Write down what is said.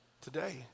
Today